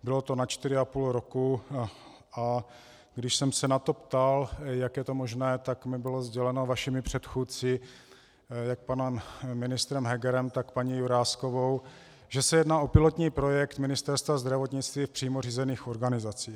Bylo to na čtyři a půl roku, a když jsem se na to ptal, jak je to možné, tak mi bylo sděleno vašimi předchůdci, jak panem ministrem Hegerem, tak paní Juráskovou, že se jedná o pilotní projekt Ministerstva zdravotnictví v přímo řízených organizacích.